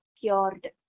cured